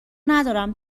ندارم